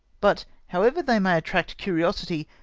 but, however they may attract cmiosity,